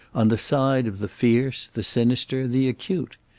on the side of the fierce, the sinister, the acute.